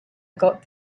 got